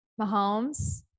Mahomes